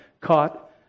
caught